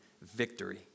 victory